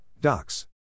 Docs